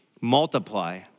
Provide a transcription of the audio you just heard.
multiply